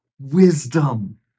wisdom